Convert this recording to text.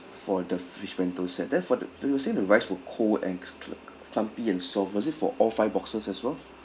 for the fish bento set then for the you say the rice were cold and cl~ cl~ clumpy and soft was it for all five boxes as well